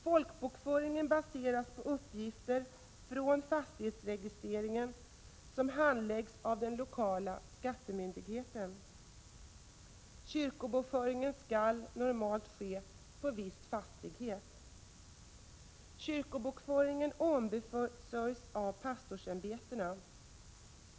Folkbokföringen baseras på uppgifter från fastighetsregistreringen, som handläggs av den lokala skattemyndigheten. Kyrkobokföringen skall normalt ske på viss fastighet. Kyrkobokföringen ombesörjs av pastorsämbetena.